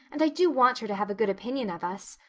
and i do want her to have a good opinion of us.